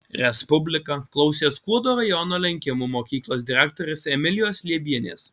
respublika klausė skuodo rajono lenkimų mokyklos direktorės emilijos liebienės